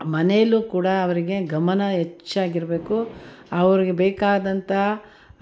ಮನೇಲೂ ಕೂಡ ಅವರಿಗೆ ಗಮನ ಹೆಚ್ಚಾಗಿರಬೇಕು ಅವ್ರ್ಗೆ ಬೇಕಾದಂಥ